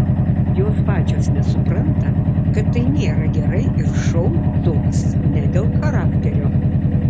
jos pačios nesupranta kad tai nėra gerai ir šou toks ne dėl charakterio